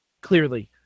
Clearly